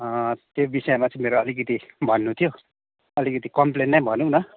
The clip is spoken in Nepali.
त्यो विषयमाथि मेरो अलिकति भन्नु थियो अलिकति कम्प्लेन नै भनौँ न